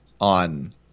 on